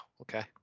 okay